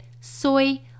soy